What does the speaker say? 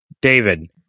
David